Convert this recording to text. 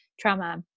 trauma